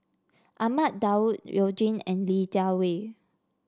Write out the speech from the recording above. Ahmad Daud You Jin and Li Jiawei